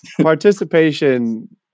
Participation